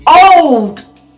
Old